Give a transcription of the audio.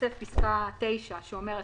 תיתוסף פסקה 9 שאומרת: